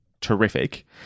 terrific